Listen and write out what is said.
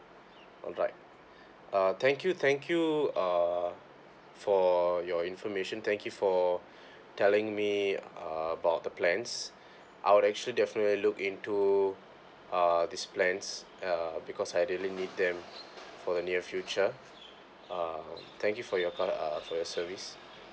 alright uh thank you thank you uh for your information thank you for telling me uh about the plans I'll actually definitely look into uh this plans uh because I really need them for the near future uh thank you for your call uh for your service